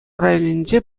районӗнче